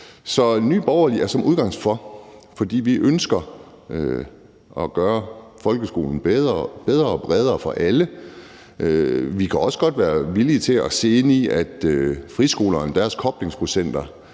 Så Nye Borgerlige er som udgangspunkt for, fordi vi ønsker at gøre folkeskolen bredere og bedre for alle. Vi kan også godt være villige til at se på, at friskolernes koblingsprocenter